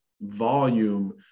volume